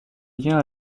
liens